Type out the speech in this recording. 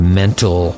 mental